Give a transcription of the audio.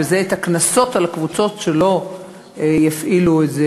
וזה את הקנסות על קבוצות שלא יפעילו את זה